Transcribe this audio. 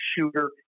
shooter